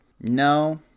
No